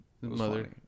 Mother